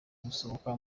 gusohoka